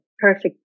perfect